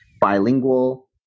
bilingual